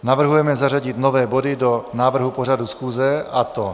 Navrhujeme zařadit nové body do návrhu pořadu schůze, a to